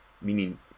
meaning